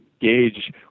gauge